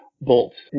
bolts